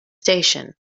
station